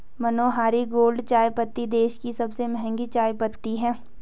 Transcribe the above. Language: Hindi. मनोहारी गोल्ड चायपत्ती देश की सबसे महंगी चायपत्ती है